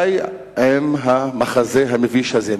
די עם המחזה המביש הזה.